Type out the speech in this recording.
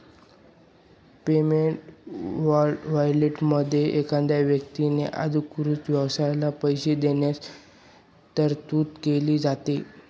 payment वॉरंटमध्ये एखाद्या व्यक्तीने अधिकृत व्यक्तीला पैसे देण्याची तरतूद केली जाते